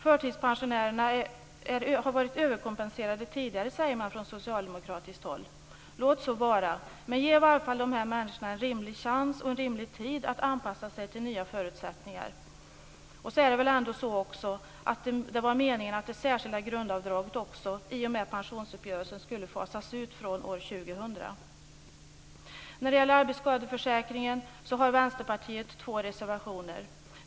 Förtidspensionärerna har varit överkompenserade tidigare säger man från socialdemokratiskt håll. Låt så vara, men ge i alla fall de här människorna en rimlig chans och en rimlig tid att anpassa sig till nya förutsättningar! Sedan var det väl också meningen att det särskilda grundavdraget, i och med pensionsuppgörelsen, skulle fasas ut från år 2000. Vänsterpartiet har två reservationer när det gäller arbetskadeförsäkringen.